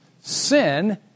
Sin